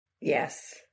Yes